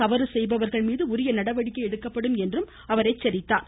தவறு செய்பவர்கள் மீது உரிய நடவடிக்கை எடுக்கப்படும் என்றும் அவர் கூறினார்